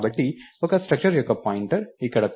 కాబట్టి ఒక స్ట్రక్టర్ యొక్క పాయింటర్ ఇక్కడ ptr